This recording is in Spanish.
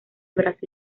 brazo